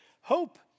Hope